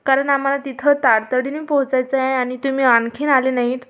कारण आम्हाला तिथं तातडीने पोचायचं आहे आणि तुम्ही आणखीन आले नाहीत